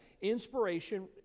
Inspiration